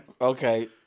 okay